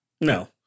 No